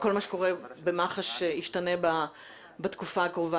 אני רק מקווה שכל מה שקורה במח"ש ישתנה בתקופה הקרובה